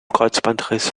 kreuzbandriss